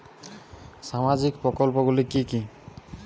সামাজিক প্রকল্প গুলি কি কি?